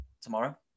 tomorrow